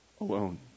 alone